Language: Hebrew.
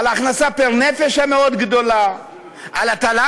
על ההכנסה פר נפש הגדולה מאוד,